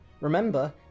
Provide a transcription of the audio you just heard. Remember